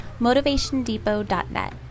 motivationdepot.net